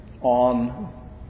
on